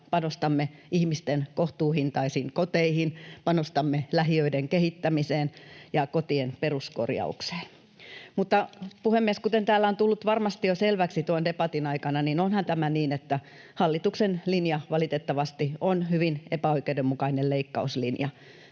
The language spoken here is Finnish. panostamme ihmisten kohtuuhintaisiin koteihin, panostamme lähiöiden kehittämiseen ja kotien peruskorjaukseen. Puhemies! Kuten täällä on tullut varmasti jo selväksi tuon debatin aikana, niin onhan tämä niin, että hallituksen linja on valitettavasti hyvin epäoikeudenmukainen leikkauslinja.